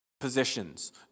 positions